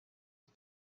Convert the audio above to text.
iki